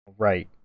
Right